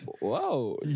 Wow